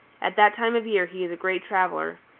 at that time of year he is a great traveler.